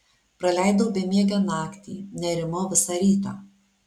praleidau bemiegę naktį nerimau visą rytą